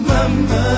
Mama